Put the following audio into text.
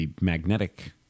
magnetic